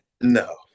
No